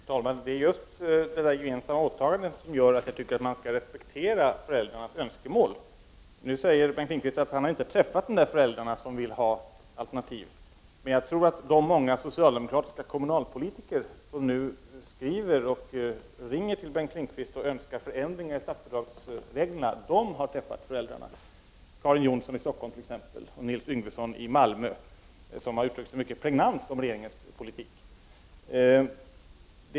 Herr talman! Det är just det gemensamma åtagandet som gör att jag tycker att man skall respektera föräldrarnas önskemål. Nu säger Bengt Lindqvist att han inte har träffat de föräldrar som vill ha alternativ. Men jag tror att de många socialdemokratiska kommunalpolitiker som nu skriver och ringer till Bengt Lindqvist och önskar förändringar i statsbidragsreglerna har träffat föräldrarna — Karin Jonsson i Stockholm, t.ex., och Nils Yngvesson i Malmö, som har uttryckt sig mycket pregnant om regeringens politik.